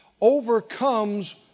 overcomes